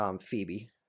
Phoebe